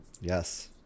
yes